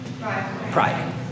Pride